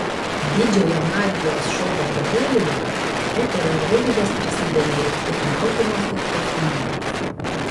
didžiojo magijos šou vakarėlyje eterio žvaigždės prisidengė tik maudymosi kostiumėliais